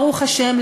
ברוך השם,